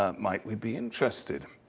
um might we be interested?